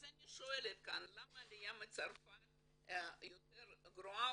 אז אני שואלת כאן למה העלייה מצרפת יותר גרועה